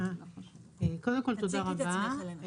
קודם כול, תודה רבה.